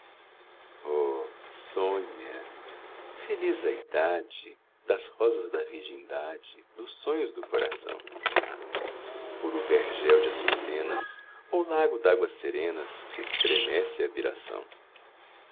sonha feliz a idade das rosas da virgindade dos sonhos do coração puro vergel de açucenas ou lago dáguas serenas que estremece à viração